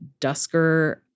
Dusker